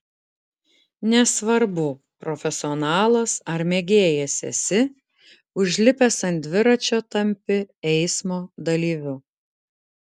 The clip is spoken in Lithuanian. nesvarbu profesionalas ar mėgėjas esi užlipęs ant dviračio tampi eismo dalyviu